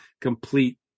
complete